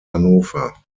hannover